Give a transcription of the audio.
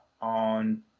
on